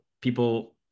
people